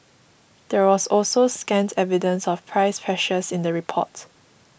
there was also scant evidence of price pressures in the report